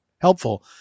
helpful